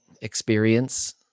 experience